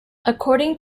according